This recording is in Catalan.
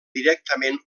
directament